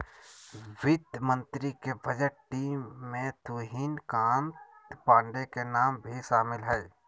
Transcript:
वित्त मंत्री के बजट टीम में तुहिन कांत पांडे के नाम भी शामिल हइ